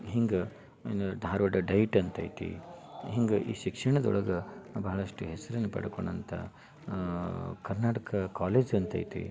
ಹಿಂಗೆ ಒಂದು ಧಾರವಾಡ ಡಯ್ಟ್ ಅಂತ ಐತಿ ಹಿಂಗೆ ಈ ಶಿಕ್ಷಣದೊಳಗೆ ಬಹಳಷ್ಟು ಹೆಸ್ರನ್ನ ಪಡ್ಕೊಂಡಂಥ ಕರ್ನಾಟಕ ಕಾಲೇಜ್ ಅಂತ ಐತಿ